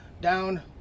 down